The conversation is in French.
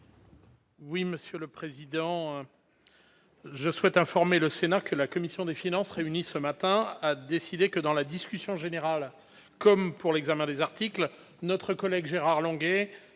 Oui, Monsieur le Président, je souhaite informer le Sénat que la commission des finances, réunis ce matin, a décidé que dans la discussion générale, comme pour l'examen des articles notre collègue Gérard Longuet